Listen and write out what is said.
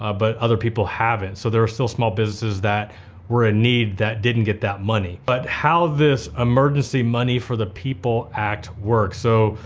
ah but other people haven't. so there are still small businesses that were in ah need that didn't get that money. but how this emergency money for the people act works, so,